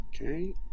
Okay